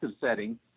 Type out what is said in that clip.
setting